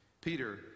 peter